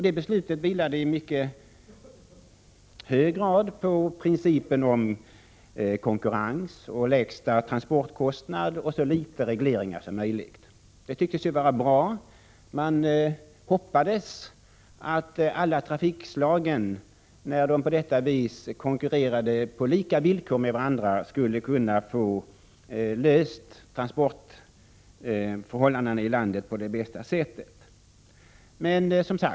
Det beslutet vilade i mycket hög grad på principerna om konkurrens, lägsta transportkostnad och så litet regleringar som möjligt. Det tycktes vara bra. Man hoppades att transportbehovet skulle tillgodoses på bästa möjliga sätt genom att alla trafikslag fick konkurrera på lika villkor med varandra.